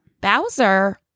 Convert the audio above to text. Bowser